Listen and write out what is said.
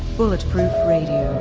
bulletproof radio,